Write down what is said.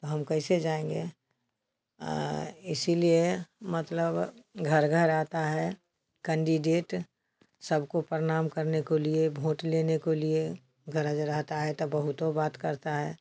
हम कैसे जाएँगे और इसीलिए मतलब घर घर आता है कैंडीडेट सबको प्रणाम करने को लिए भोट लेने को लिए गरज रहता है तो बहुतो बात करता है